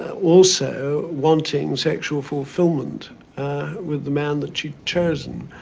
also, wanting sexual fulfillment with the man that she'd chosen.